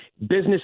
Business